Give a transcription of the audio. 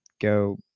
go